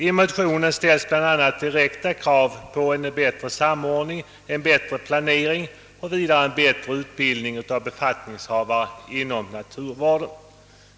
I motionerna reses bl.a. direkta krav på en bättre samordning och en bättre planering samt en bättre utbildning av befattningshavare inom naturvården.